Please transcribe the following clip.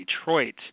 Detroit